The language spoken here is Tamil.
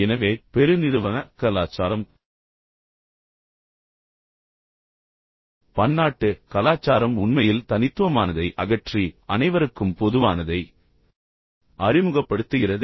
எனவே பெருநிறுவன கலாச்சாரம் பன்னாட்டு கலாச்சாரம் உண்மையில் தனித்துவமானதை அகற்றி அனைவருக்கும் பொதுவானதை அறிமுகப்படுத்துகிறது